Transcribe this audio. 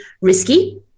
risky